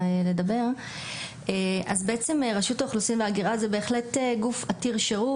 אז בעצם רשות האוכלוסין וההגירה זה גוף עתיר שירות.